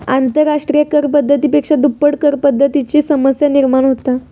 आंतरराष्ट्रिय कर पद्धती पेक्षा दुप्पट करपद्धतीची समस्या निर्माण होता